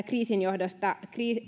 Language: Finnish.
kriisin johdosta